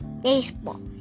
baseball